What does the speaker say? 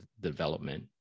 development